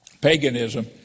Paganism